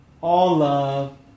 all-love